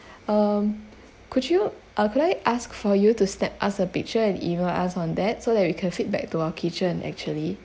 um could you uh could I ask for you to snap us a picture and email us on that so that we can feedback to our kitchen actually